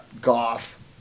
Goff